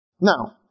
Now